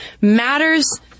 matters